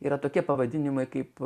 yra tokie pavadinimai kaip